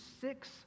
six